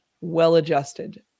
well-adjusted